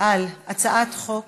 על הצעת חוק